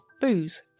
booze